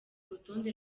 rutonde